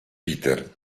peter